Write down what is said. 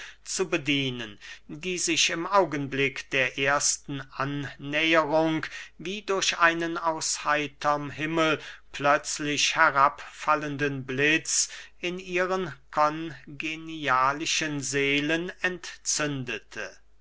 zu bedienen die sich im augenblick der ersten annäherung wie durch einen aus heiterm himmel plötzlich herabfallenden blitz in ihren kongenialischen seelen entzündete